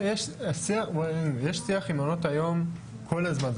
יש שיח עם מעונות היום כל הזמן.